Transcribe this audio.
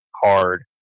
hard